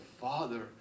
Father